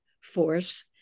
force